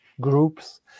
groups